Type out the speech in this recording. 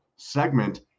segment